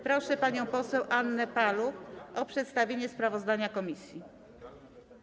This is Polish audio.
Proszę panią poseł Annę Paluch o przedstawienie sprawozdania komisji.